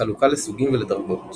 חלוקה לסוגים ולדרגות